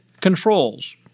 controls